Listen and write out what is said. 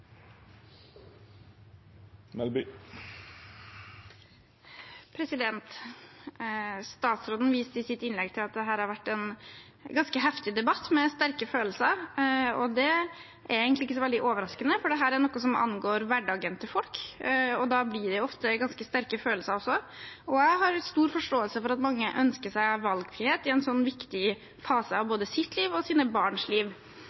Statsråden viste i sitt innlegg til at dette har vært en ganske heftig debatt, med sterke følelser. Det er egentlig ikke så veldig overraskende, for dette er noe som angår folks hverdag. Da blir det også ofte sterke følelser. Jeg har stor forståelse for at mange ønsker seg valgfrihet i en så viktig fase av både eget og sine barns liv.